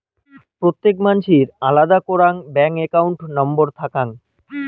প্রত্যেক মানসির আলাদা করাং ব্যাঙ্ক একাউন্ট নম্বর থাকাং